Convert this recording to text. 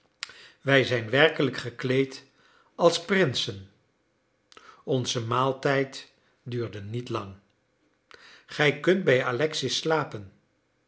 wij zijn werkelijk gekleed als prinsen onze maaltijd duurde niet lang gij kunt bij alexis slapen